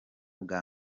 bwa